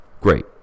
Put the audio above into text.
great